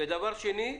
דבר שני,